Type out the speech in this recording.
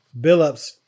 Billups